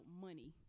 money